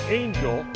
angel